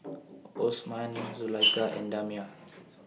Osman Zulaikha and Damia